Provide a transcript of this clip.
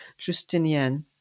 Justinien